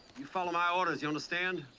you follow my orders, you understand?